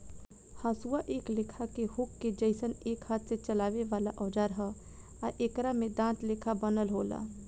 हसुआ एक लेखा के हुक के जइसन एक हाथ से चलावे वाला औजार ह आ एकरा में दांत लेखा बनल होला